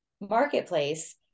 marketplace